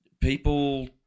people